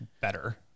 better